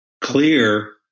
clear